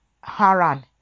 Haran